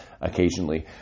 occasionally